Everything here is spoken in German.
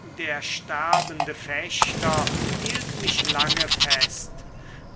der sterbende fechter hielt mich lange fest